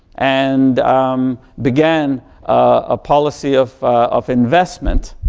and um began a policy of of investment.